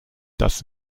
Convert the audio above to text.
das